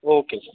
okay sir